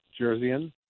Jerseyan